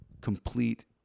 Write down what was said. complete